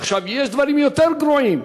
עכשיו, יש דברים יותר גרועים.